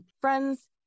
friends